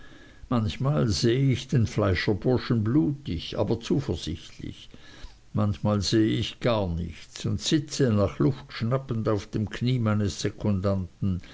manchmal sehe ich den fleischerburschen blutig aber zuversichtlich manchmal sehe ich gar nichts und sitze nach luft schnappend auf dem knie meines